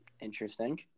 Interesting